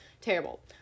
terrible